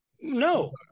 No